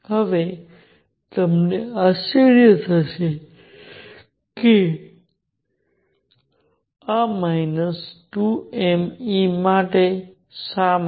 હવે તમને આશ્ચર્ય થશે કે આ માઇનસ 2 m E શા માટે